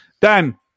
Dan